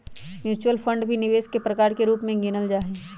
mutual fund भी निवेश के प्रकार के रूप में गिनल जाहई